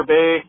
Bay